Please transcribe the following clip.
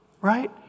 right